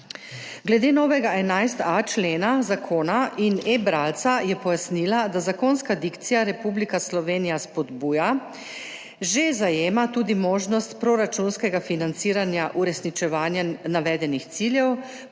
Glede novega 11a. člena zakona in eBralca je pojasnila, da zakonsko dikcijo Republika Slovenija spodbuja in že zajema tudi možnost proračunskega financiranja uresničevanja navedenih ciljev,